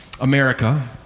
America